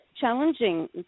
challenging